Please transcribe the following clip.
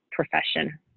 profession